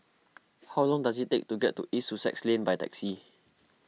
how long does it take to get to East Sussex Lane by taxi